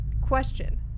Question